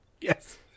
Yes